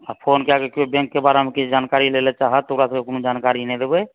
हॅं फोन कए कऽ केओ बैंकके बारेमे किछु जानकारी लै लए चाहत तऽ ओकरा सबके कोनो जानकारी नहि देबै